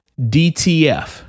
DTF